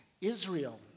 Israel